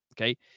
Okay